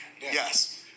Yes